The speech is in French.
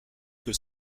que